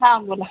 हां बोला